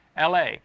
LA